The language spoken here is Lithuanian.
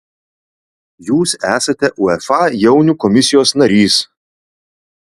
jūs esate uefa jaunių komisijos narys